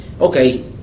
okay